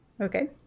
okay